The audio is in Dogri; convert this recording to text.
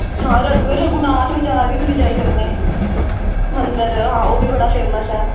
हां रघु रघुनाथ बजार बी तुस जाई सकने मंदर हां ओह् बी बड़ा फेमस ऐ